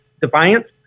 defiance